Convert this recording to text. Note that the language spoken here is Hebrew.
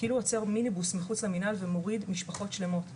כאילו עוצר מיניבוס מחוץ למנהל ומוריד משפחות שלמות.